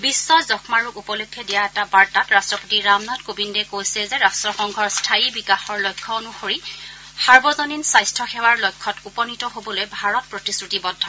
বিশ্ব যক্ষ্মাৰোগ উপলক্ষে দিয়া এটা বাৰ্তাত ৰাট্টপতি ৰামনাথ কোবিন্দে কৈছে যে ৰাট্টসংঘৰ স্থায়ী বিকাশৰ লক্ষ্য অনুসৰি সাৰ্বজনীন স্বাস্থ্য সেৱাৰ লক্ষ্যত উপনীত হ'বলৈ ভাৰত প্ৰতিশ্ৰুতিবদ্ধ